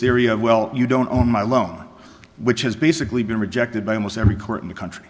theory of well you don't own my loan which has basically been rejected by almost every court in the country